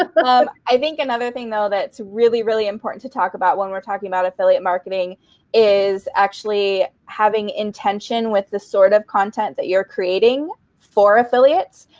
ah but um i think another thing though that's really, really important to talk about when we're talking about affiliate marketing is actually having intention with the sort of content that you're creating for affiliates.